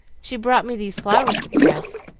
she brought me these flowers to press,